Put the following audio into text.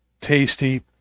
tasty